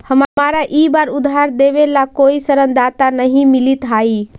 हमारा ई बार उधार देवे ला कोई ऋणदाता नहीं मिलित हाई